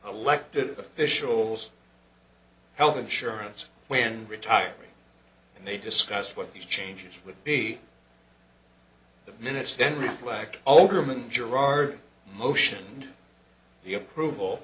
elected officials health insurance when retiring and they discussed what the changes would be the minutes then reflect overman gerar motion and the approval